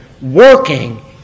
working